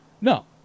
No